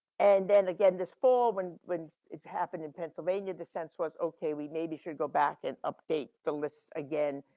and then again, this fall when when it happened in pennsylvania, the sense was okay, we maybe should go back and update the list again,